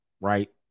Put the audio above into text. right